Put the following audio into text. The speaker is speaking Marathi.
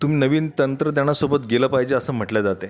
तुम्ही नवीन तंत्रज्ञानासोबत गेलं पाहिजे असं म्हटलं जाते